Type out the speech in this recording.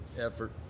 effort